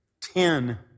ten